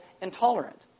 intolerant